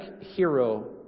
hero